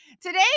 today